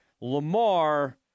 Lamar